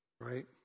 Right